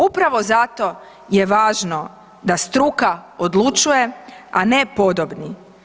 Upravo zato je važno da struka odlučuje, a ne podobni.